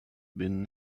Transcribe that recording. been